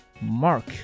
Mark